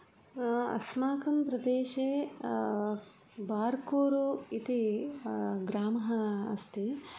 अस्माकं प्रदेशे बार्कोरु इति ग्रामः अस्ति